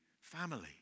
family